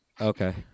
Okay